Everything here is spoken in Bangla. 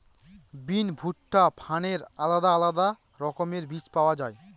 বিন, ভুট্টা, ফার্নের আলাদা আলাদা রকমের বীজ পাওয়া যায়